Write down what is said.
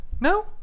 No